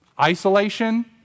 Isolation